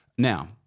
Now